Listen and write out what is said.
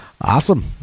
Awesome